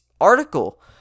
article